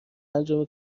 انجام